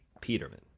Peterman